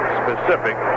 specific